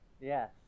Yes